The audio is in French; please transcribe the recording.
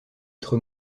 être